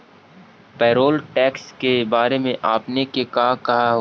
Payroll tax के बारे में आपने के का कहे के हेअ?